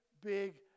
big